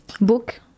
book